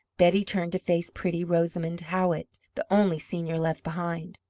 betty turned to face pretty rosamond howitt, the only senior left behind.